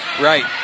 Right